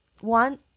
one